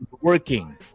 working